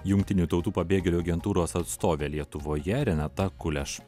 jungtinių tautų pabėgėlių agentūros atstovė lietuvoje renata kuleš